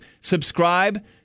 Subscribe